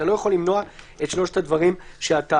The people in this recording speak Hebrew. אתה לא יכול למנוע את שלושת הדברים שמנית.